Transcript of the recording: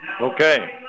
Okay